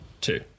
Two